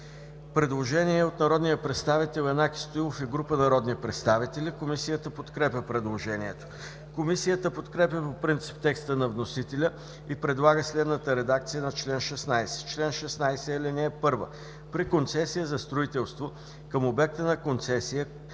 предложение от народния представител Янаки Стоилов и група народни представители. Комисията подкрепя предложението. Комисията подкрепя по принцип текста на вносителя и предлага следната редакция на чл. 16: „Чл. 16. (1) При концесия за строителство към обекта на концесия